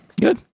good